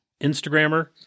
Instagrammer